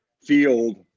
field